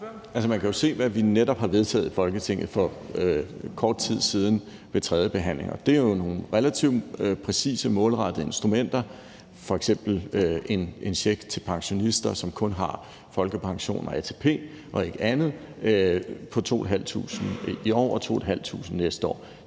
man kan jo se, hvad vi netop har vedtaget i Folketinget for kort tid siden ved tredjebehandling. Og det er jo nogle relativt præcise målrettede instrumenter, f.eks. en check til pensionister, som kun har folkepension og ATP og ikke andet, på 2.500 kr. i år